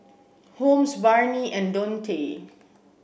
Holmes Barnie and Dontae